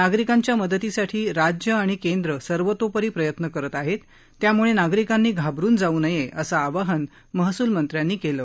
नागरिकांच्या मदतीसाठी राज्य आणि केंद्र सर्वतोपरी प्रयत्न करत आहेत त्यामुळे नागरिकांनी घाबरुन जाऊ नये असं आवाहन महसूल मंत्र्यांनी केलं